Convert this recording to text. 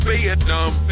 Vietnam